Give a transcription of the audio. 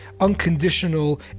unconditional